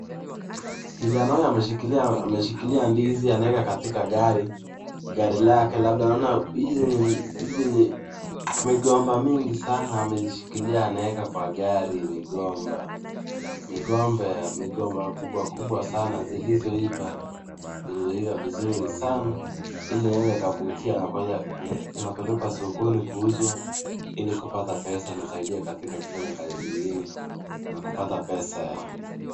Kijana huyu ameshikilia ndizi , anaweka katika gari lake, naona labda hizi ni migomba mingi sana anazishikilia anaeka kwa gari migomba. Migomba kubwa kubwa sana zilizoiva vizuri sana ili yanaweza kuvutia na inapelekwa sokoni kuuzwa ili kupata pesa inasaidia katika kufanya kazi zingine na kupata pesa ya